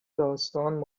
داستانش